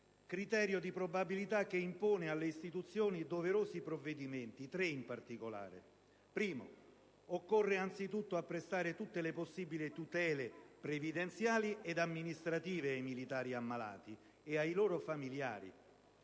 Criterio di probabilità che impone alle istituzioni alcuni doverosi provvedimenti, tre in particolare. Occorre, anzitutto, apprestare tutte le possibili tutele previdenziali e amministrative ai militari ammalati e ai loro familiari.